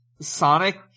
Sonic